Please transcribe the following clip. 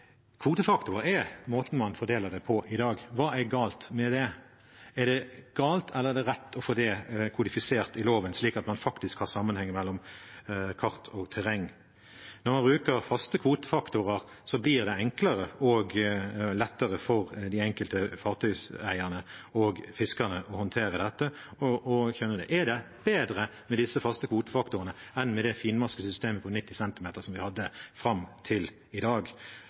er måten man fordeler det på i dag. Hva er galt med det? Er det galt, eller er det rett å få det kodifisert i loven, slik at man har sammenheng mellom kart og terreng? Når man bruker faste kvotefaktorer, blir det enklere og lettere for de enkelte fartøyeierne og fiskerne å håndtere dette? Og er det bedre med disse faste kvotefaktorene enn med det finmaskede systemet på 90 cm som vi hadde fram til i dag?